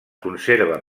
conserva